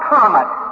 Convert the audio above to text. Comet